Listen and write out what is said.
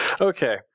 Okay